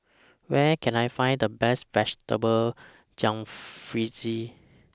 Where Can I Find The Best Vegetable Jalfrezi